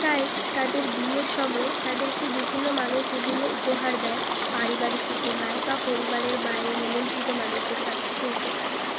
তাই তাদের বিয়ের সময় তাদেরকে বিভিন্ন মানুষ বিভিন্ন উপহার দেয় পারিবারিক উপহার বা পরিবারের বাইরে নিমন্ত্রিত মানুষদের কাছ থেকে উপহার পায়